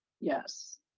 Yes